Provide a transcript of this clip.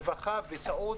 רווחה וסיעוד.